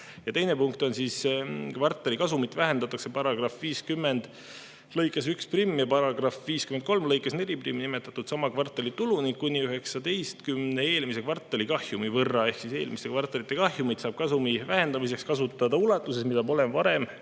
Teine punkt: "Kvartali kasumit vähendatakse § 50 lõikes 11ja § 53 lõikes 41nimetatud sama kvartali tulu ning kuni 19 eelmise kvartali kahjumi võrra. Eelmiste kvartalite kahjumit saab kasumi vähendamiseks kasutada ulatuses, mida pole varem